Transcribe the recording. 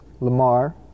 Lamar